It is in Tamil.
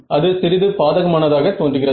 அது சிறிது பாதகமானதாக தோன்றுகிறது